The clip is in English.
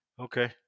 Okay